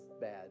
bad